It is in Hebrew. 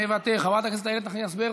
מוותר, חברת הכנסת איילת נחמיאס-ורבין,